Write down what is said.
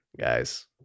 guys